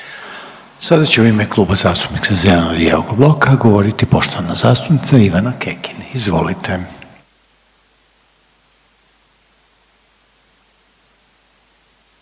Sada će u ime Kluba zastupnika zeleno-lijevog bloka govoriti poštovana zastupnica Ivana Kekin. Izvolite.